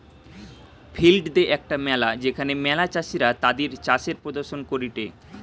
field day একটা মেলা যেখানে ম্যালা চাষীরা তাদির চাষের প্রদর্শন করেটে